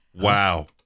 Wow